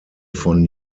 von